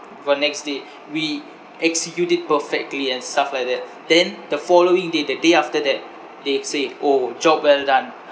for next day we execute it perfectly and stuff like that then the following day the day after that they say orh job well done